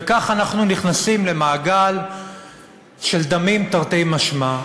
וכך אנחנו נכנסים למעגל של דמים, תרתי משמע.